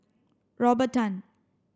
Robert Tan